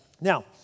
Now